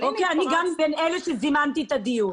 אני גם בין אלה שזימנתי את הדיון.